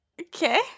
okay